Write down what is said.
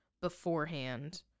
beforehand